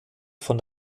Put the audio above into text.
von